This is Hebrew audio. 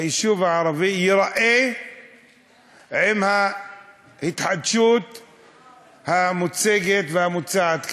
איך היישוב הערבי ייראה עם ההתחדשות המוצגת והמוצעת כאן.